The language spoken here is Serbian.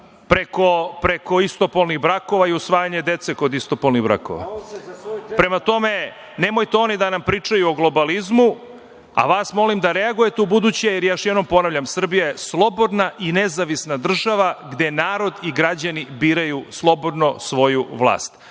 preko istopolnih brakova i usvajanja dece kod istopolnih brakova. Prema tome, nemojte oni da nam pričaju o globalizmu, a vas molim da reagujete u buduće. Još jednom ponavljam, Srbija je slobodna i nezavisna država gde narod i građani biraju slobodno svoju vlast,